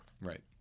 Right